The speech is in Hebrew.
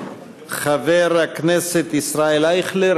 חבר הכנסת ישראל אייכלר,